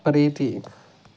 ಪ್ರೀತಿ